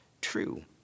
true